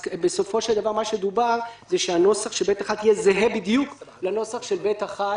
ובסופו של דבר דובר על כך שהנוסח של (ב1) יהיה זהה בדיוק לנוסח של (ב1)